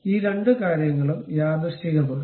ഈ രണ്ട് കാര്യങ്ങളും യാദൃശ്ചികമാണ്